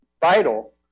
vital